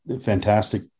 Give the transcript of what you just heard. fantastic